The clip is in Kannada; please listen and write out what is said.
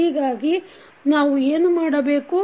ಹೀಗಾಗಿ ನಾವು ಏನು ಮಾಡಬಹುದು